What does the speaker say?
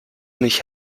mich